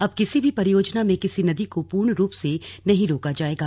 अब किसी भी परियोजना में किसी नदी को पूर्ण रूप से नहीं रोका जाएगा